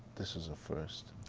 this is a first.